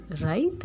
right